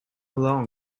long